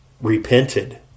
repented